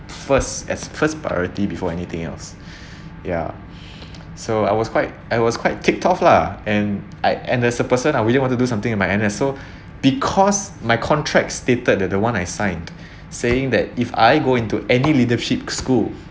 first as first priority before anything else ya so I was quite it was quite kicked off lah and I and as a person I really want to do something with my N_S so because my contract stated that the one I signed saying that if I go into any leadership school